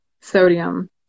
sodium